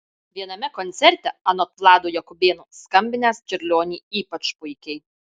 viename koncerte anot vlado jakubėno skambinęs čiurlionį ypač puikiai